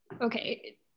Okay